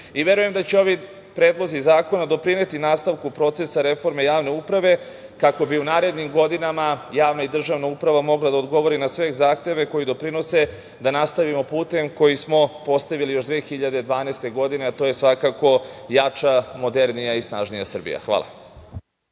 rešenja. Verujem da će ovi predlozi zakona doprineti nastavku procesa reforme javne uprave, kako bi u narednim godinama javna i državna uprava mogla da odgovori na sve zahteve koji doprinose da nastavimo putem koji smo postavili još 2012. godine, a to je svakako jača, modernija i snažnija Srbija. Hvala.